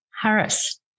harris